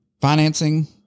Financing